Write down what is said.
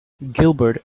gilbert